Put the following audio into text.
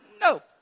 No